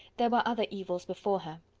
there were other evils before her.